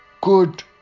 Good